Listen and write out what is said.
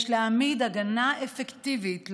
יש להעמיד הגנה אפקטיבית למיעוט.